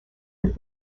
with